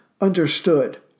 understood